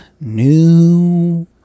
new